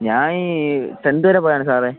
ഞാന് ടെൻത് വരെ പോയതാണ് സാറേ